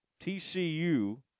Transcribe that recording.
TCU